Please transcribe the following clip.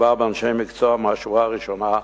מדובר באנשי מקצוע מהשורה הראשונה,